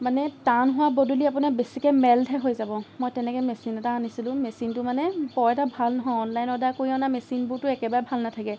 মানে টান হোৱাৰ বদলি আপোনাৰ বেছিকে মেল্টহে হৈ যাব মই তেনেকে মেচিন এটা আনিছিলোঁ মেচিনটো মানে বৰ এটা ভাল নহয় অনলাইন অৰ্ডাৰ কৰি অনা মেচিনবোৰটো একেবাৰে ভাল নেথাকে